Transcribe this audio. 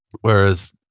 Whereas